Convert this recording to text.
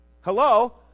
Hello